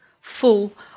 full